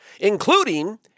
including